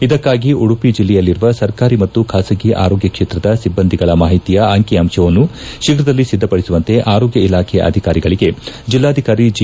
ಇದಕ್ಕಾಗಿ ಉಡುಪಿ ಜಿಲ್ಲೆಯಲ್ಲಿರುವ ಸರ್ಕಾರಿ ಮತ್ತು ಖಾಸಗಿ ಆರೋಗ್ಯ ಕ್ಷೇತ್ರದ ಸಿಬ್ಬಂದಿಗಳ ಮಾಹಿತಿಯ ಅಂಕಿಅಂಶವನ್ನು ಶೀಪ್ರದಲ್ಲಿ ಸಿದ್ದಪಡಿಸುವಂತೆ ಆರೋಗ್ಯ ಇಲಾಖೆಯ ಅಧಿಕಾರಿಗಳಿಗೆ ಜೆಲ್ಲಾಧಿಕಾರಿ ಜಿ